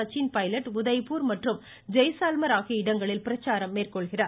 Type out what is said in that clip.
சச்சின் பைலட் உதய்பூர் மற்றும் ஜெய்சால்மியர் ஆகிய இடங்களில் பிரச்சாரம் மேற்கொள்கிறார்